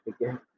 again